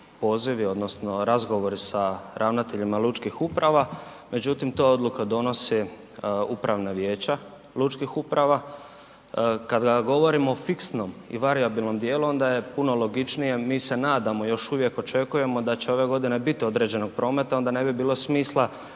pozivi odnosno razgovori sa ravnateljima lučkih uprava, međutim, tu odluku donosi upravna vijeća lučkih uprava. Kada govorimo o fiksnom i varijabilnom dijelu, onda je puno logičnije, mi se nadamo, još uvijek očekujemo da će ove godine biti određenog prometa, onda ne bi bilo smisla